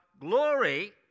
glory